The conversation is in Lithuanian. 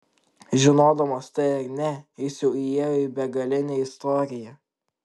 žinodamas tai ar ne jis jau įėjo į begalinę istoriją